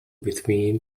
between